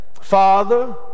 Father